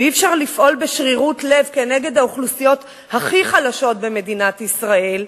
ואי-אפשר לפעול בשרירות לב כנגד האוכלוסיות הכי חלשות במדינת ישראל,